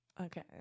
Okay